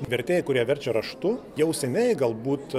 vertėjai kurie verčia raštu jau seniai galbūt